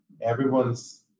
everyone's